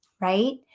Right